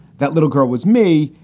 that little girl was me.